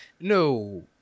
No